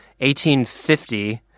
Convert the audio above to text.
1850